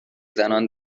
زنان